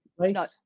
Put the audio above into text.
No